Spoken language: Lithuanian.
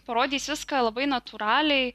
parodys viską labai natūraliai